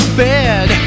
bed